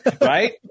Right